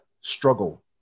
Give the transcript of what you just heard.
struggle